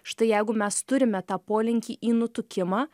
štai jeigu mes turime tą polinkį į nutukimą